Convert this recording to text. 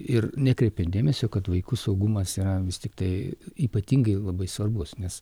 ir nekreipė dėmesio kad vaikų saugumas yra vis tiktai ypatingai labai svarbus nes